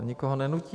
Nikoho nenutíme.